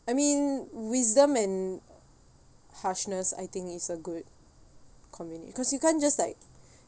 I mean wisdom and harshness I think is a good communi~ cause you can't just like